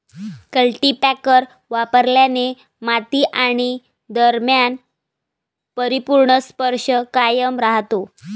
cultipacker वापरल्याने माती आणि दरम्यान परिपूर्ण स्पर्श कायम राहतो